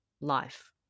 life